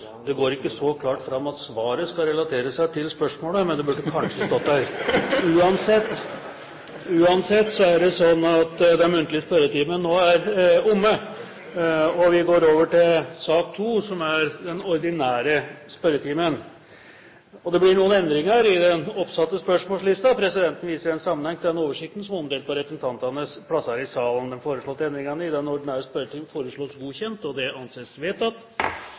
Det går ikke så klart fram at svaret skal relatere seg til spørsmålet, men det burde kanskje stått der. Uansett er det sånn at den muntlige spørretimen nå er omme, og vi går over til sak 2, som er den ordinære spørretimen. Det blir noen endringer i den oppsatte spørsmålslisten. Presidenten viser i den sammenheng til den oversikten som er omdelt på representantenes plasser i salen. De foreslåtte endringene i den ordinære spørretimen foreslås godkjent. – Det anses vedtatt.